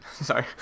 Sorry